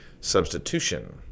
Substitution